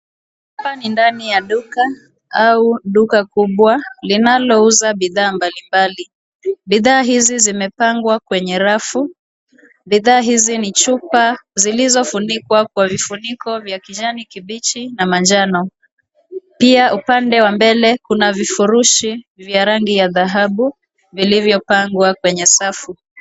Hapa ni ndani ya duka au duka kubwa linalouza bidhaa mbalimbali. Bidhaa hizi zimepangwa kwenye rafu. Bidhaa hizi ni chupa zilizofunikwa kwa vifuniko vya kijani kibichi na manjano. Pia upande wa mbele kuna vifurushi vya rangi ya dhahabu zilizopangwa kwenye safu.